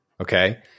okay